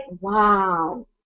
wow